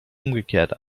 umgekehrt